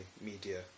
media